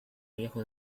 riesgo